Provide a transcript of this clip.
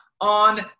on